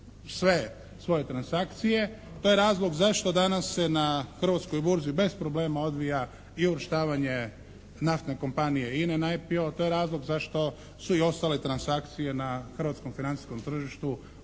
sve svoje transakcije. To je razlog zašto danas se na hrvatskoj burzi bez problema odvija i uvrštavanje naftne kompanije INA-e na «EPO», to je razlog zašto su i ostale transakcije na hrvatskom financijskom tržištu obavljene